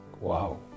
Wow